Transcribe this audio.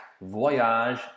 voyage